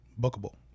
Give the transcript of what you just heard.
bookable